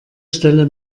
stelle